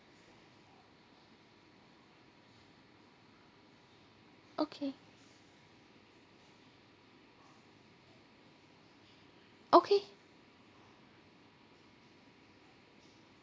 okay okay